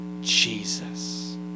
jesus